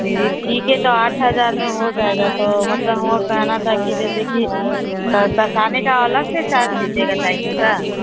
दीदी ठीक है तो आठ हजार में हो जाएगा तो मतलब हमको कहना था कि जैसे कि कसाने का अलग से चार्ज लिजीएगा साइकिल का